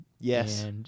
yes